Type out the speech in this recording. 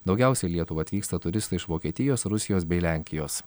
daugiausia į lietuvą atvyksta turistai iš vokietijos rusijos bei lenkijos